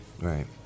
Right